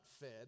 fed